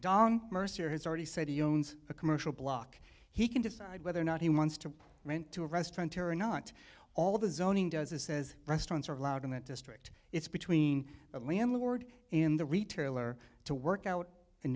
don mercer has already said he owns a commercial block he can decide whether or not he wants to rent to a restaurant area not all the zoning does it says restaurants are allowed in that district it's between the landlord and the retailer to work out and